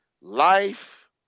Life